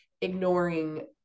ignoring